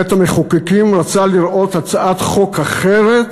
בית-המחוקקים רצה לראות הצעת חוק אחרת,